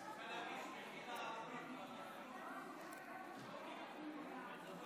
(חברת הכנסת מיכל רוזין יוצאת מאולם המליאה.) תודה רבה,